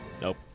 Nope